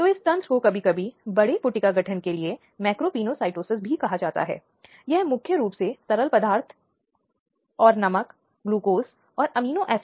यदि पुलिस शिकायत पर ध्यान देने या लिखित रूप में लेने के लिए आवश्यक कार्रवाई करने से इनकार करती है